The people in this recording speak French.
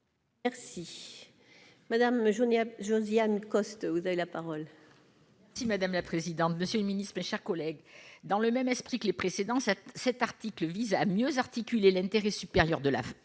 Merci madame je n'à Josiane Costes, vous avez la parole. Si madame la présidente, monsieur le Ministre, mes chers collègues, dans le même esprit que les précédents ça cet article vise à mieux articuler l'intérêt supérieur de la vie